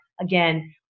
again